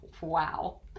Wow